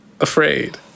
afraid